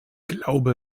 glaube